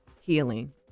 healing